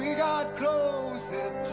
got close